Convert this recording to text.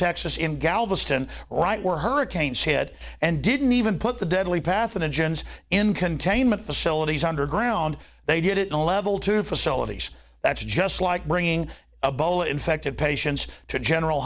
texas in galveston right where hurricanes head and didn't even put the deadly pathogens in containment facilities underground they did it on a level two facilities that's just like bringing a bowl infected patients to general